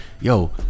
yo